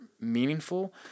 meaningful